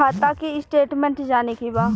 खाता के स्टेटमेंट जाने के बा?